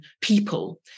people